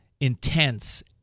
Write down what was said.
intense